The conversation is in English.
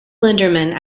linderman